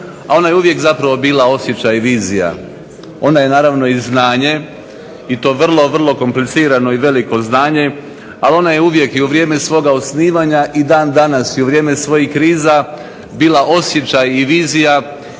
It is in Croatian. a ona je uvijek zapravo bila osjećaj vizija, ona je naravno i znanje i to vrlo, vrlo komplicirano i veliko znanje, ali ona je uvijek i u vrijeme svoga osnivanja i dan danas i u vrijeme svojih kriza bila osjećaj i vizija,